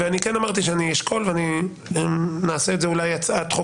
אני כן אמרתי שאני אשקול ואולי נעשה את זה כהצעת חוק